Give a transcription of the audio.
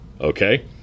Okay